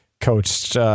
coached